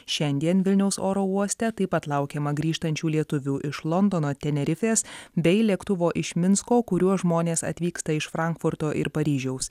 šiandien vilniaus oro uoste taip pat laukiama grįžtančių lietuvių iš londono tenerifės bei lėktuvo iš minsko kuriuo žmonės atvyksta iš frankfurto ir paryžiaus